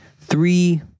three